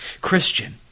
Christian